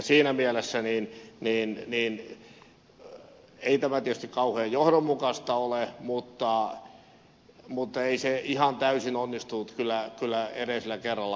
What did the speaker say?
siinä mielessä ei tämä tietysti kauhean johdonmukaista ole mutta ei se ihan täysin onnistunut kyllä edellisellä kerrallakaan